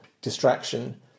distraction